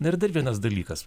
na ir dar vienas dalykas